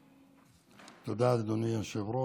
תודה, אדוני היושב-ראש.